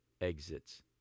exits